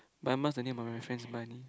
Bun Bun is the name of my friend's bunny